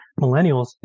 Millennials